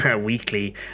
weekly